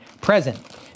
present